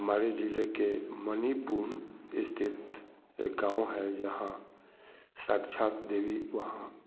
हमारे ज़िले के मणिपुर स्थित एक गाँव जहाँ साक्षात देवी वहाँ